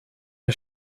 der